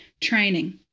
Training